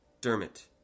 Dermot